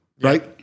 Right